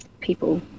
people